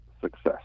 success